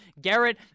Garrett